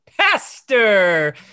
Pastor